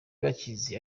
bakizi